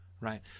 Right